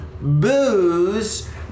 booze